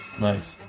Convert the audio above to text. Nice